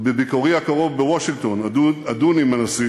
בביקורי הקרוב בוושינגטון אדון עם הנשיא